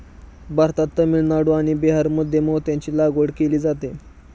भारतात तामिळनाडू आणि बिहारमध्ये मोत्यांची लागवड केली जाते